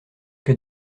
que